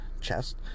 chest